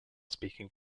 speaking